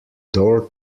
door